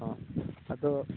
ꯑꯥ ꯑꯗꯣ